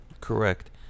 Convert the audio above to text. correct